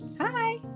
Hi